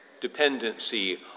dependency